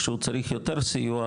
כשהוא צריך יותר סיוע,